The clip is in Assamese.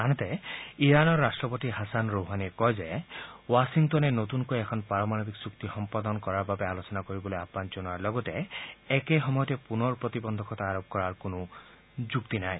আনহাতে ইৰাণৰ ৰাষ্ট্ৰপতি হাছান ৰোহাণিয়ে কয় যে ৱাশ্বিংটনে নতুনকৈ এখন পাৰমাণৱিক চুক্তি সম্পাদন কৰাৰ বাবে আলোচনা কৰিবলৈ আহান জনোৱাৰ লগতে একে সময়তে পুনৰ প্ৰতিবন্ধকতা আৰোপ কৰাৰ কোনো যুক্তি নাই